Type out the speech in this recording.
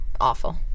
awful